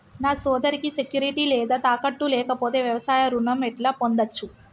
నా సోదరికి సెక్యూరిటీ లేదా తాకట్టు లేకపోతే వ్యవసాయ రుణం ఎట్లా పొందచ్చు?